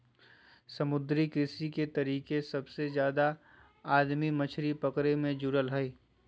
समुद्री कृषि के तरीके सबसे जादे आदमी मछली पकड़े मे जुड़ल हइ